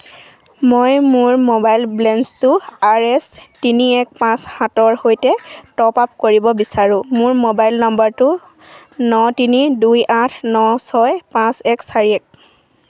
মই মোৰ মোবাইল বেলেন্সটো আৰ এছ তিনি এক পাঁচ সাতৰ সৈতে টপ আপ কৰিব বিচাৰোঁ মোৰ মোবাইল নম্বৰটো ন তিনি দুই আঠ ন ছয় পাঁচ এক চাৰি এক